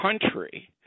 country